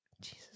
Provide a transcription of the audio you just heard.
Jesus